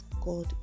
God